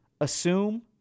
Assume